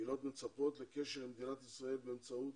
הקהילות מצפות לקשר עם מדינת ישראל באמצעות